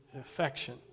affection